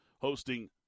hosting